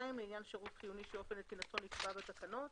לעניין שירות חיוני שאופן נתינתו נקבע בתקנות